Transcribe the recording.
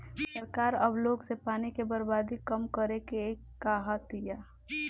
सरकार अब लोग से पानी के बर्बादी कम करे के कहा तिया